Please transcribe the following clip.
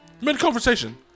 Mid-conversation